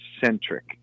centric